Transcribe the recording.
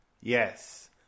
Yes